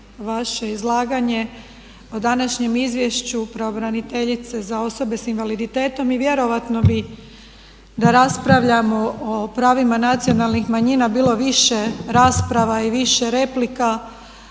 vaše izlaganje o današnjem izvješću pravobraniteljice za osobe s invaliditetom i vjerojatno bi da raspravljamo o pravima nacionalnim manjina bilo više rasprava i više replika